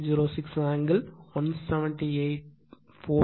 06 angle 178